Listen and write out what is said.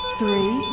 Three